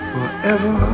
Forever